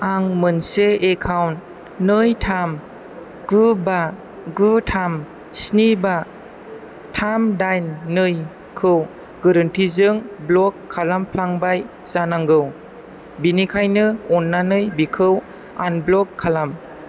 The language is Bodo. आं मोनसे एकाउन्ट नै थाम गु बा गु थाम स्नि बा थाम दाइन नै खौ गोरोन्थिजों ब्ल'क खालामफ्लांबाय जानांगौ बेनिखायनो अन्नानै बेखौ आनब्ल'क खालाम